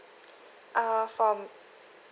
err from